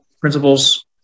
principles